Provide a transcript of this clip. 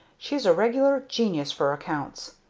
she's a regular genius for accounts.